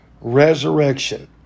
resurrection